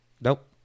Nope